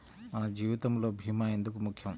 మన జీవితములో భీమా ఎందుకు ముఖ్యం?